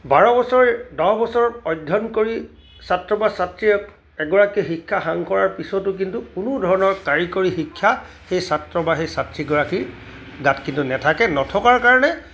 বাৰ বছৰ দহ বছৰ অধ্যয়ন কৰি ছাত্ৰ বা ছাত্ৰীয়ে এগৰাকী শিক্ষা সাং কৰা পিছতো কিন্তু কোনো ধৰণৰ কাৰিকৰী শিক্ষা সেই ছাত্ৰ বা সেই ছাত্ৰীগৰাকী গাত কিন্তু নাথাকে নথকাৰ কাৰণে